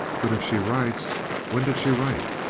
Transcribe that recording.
but if she writes when did she write?